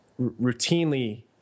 routinely –